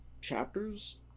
chapters